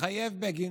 התחייב בגין,